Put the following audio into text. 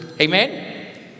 Amen